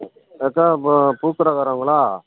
அக்கா பூக்கடைக்காரங்களா